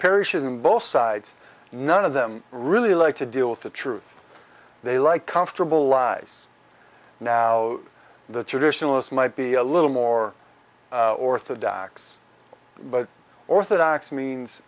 parish and both sides none of them really like to deal with the truth they like comfortable lies now the traditionalist might be a little more orthodox but orthodox means